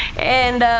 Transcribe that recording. and,